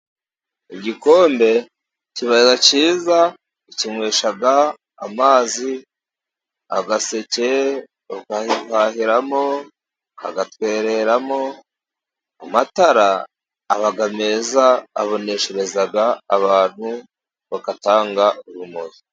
Igikombe kiba cyiza ukinywesha amazi, agaseke uagahahiramo, ukagatwereramo, amatara aba meza aboneshereza abantu, agatanga urumuri.